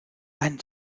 ein